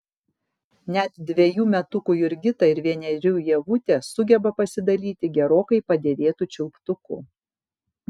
net dvejų metukų jurgita ir vienerių ievutė sugeba pasidalyti gerokai padėvėtu čiulptuku